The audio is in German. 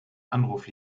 anruf